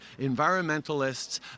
environmentalists